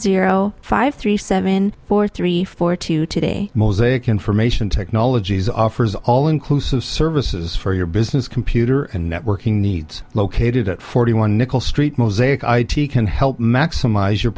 zero five three seven four three four two today mosaic information technologies offers all inclusive services for your business computer and networking needs located at forty one nickel street mosaic i t can help maximize your